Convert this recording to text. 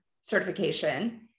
certification